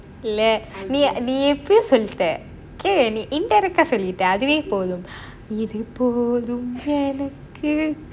இல்ல இல்ல நீ எப்பையோ:illa illa nee eppaiyo um சொல்லிட:sollita okay நீ:nee indirect சொல்லிட அதுவே போதும் இது போதும் எனக்கு:sollita athuvae pothum ithu pothum enakku